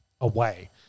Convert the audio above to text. away